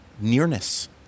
nearness